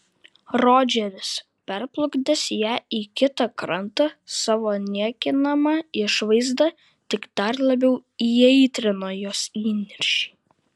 rodžeris perplukdęs ją į kitą krantą savo niekinama išvaizda tik dar labiau įaitrino jos įniršį